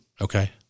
Okay